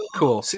cool